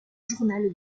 journal